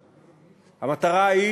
הראשונה.